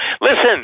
listen